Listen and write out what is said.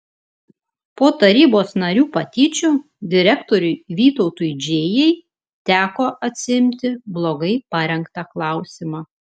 po tarybos narių patyčių direktoriui vytautui džėjai teko atsiimti blogai parengtą klausimą